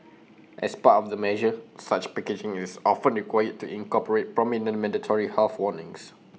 as part of the measure such packaging is often required to incorporate prominent mandatory health warnings